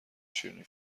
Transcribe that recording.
شیرینی